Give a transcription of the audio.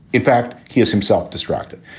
in fact, he is himself distracted.